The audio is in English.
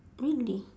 really